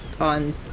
on